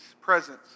presence